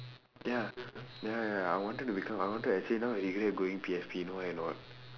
ya ya ya ya I wanted to become I wanted to actually now I regret going P_F_P you know why or not